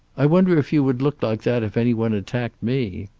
i wonder if you would look like that if any one attacked me!